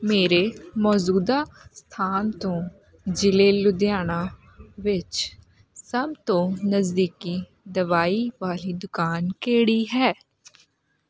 ਮੇਰੇ ਮੌਜੂਦਾ ਸਥਾਨ ਤੋਂ ਜ਼ਿਲ੍ਹੇ ਲੁਧਿਆਣਾ ਵਿੱਚ ਸਭ ਤੋਂ ਨਜ਼ਦੀਕੀ ਦਵਾਈ ਵਾਲੀ ਦੁਕਾਨ ਕਿਹੜੀ ਹੈ